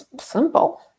simple